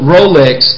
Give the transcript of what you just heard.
Rolex